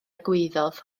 gwaeddodd